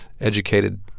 educated